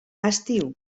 estiu